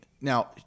now